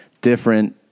different